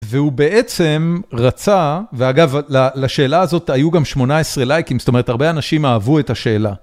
והוא בעצם רצה, ואגב, לשאלה הזאת היו גם 18 לייקים, זאת אומרת, הרבה אנשים אהבו את השאלה.